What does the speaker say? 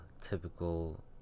typical